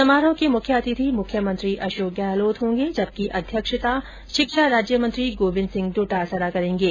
समारोह के मुख्य अतिथि मुख्यमंत्री अशोक गहलोत होंगे जबकि अध्यक्षता शिक्षा राज्य मंत्री गोविन्द सिंह डोटासरा करेंगे